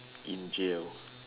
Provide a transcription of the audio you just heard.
in jail